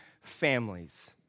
families